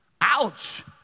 Ouch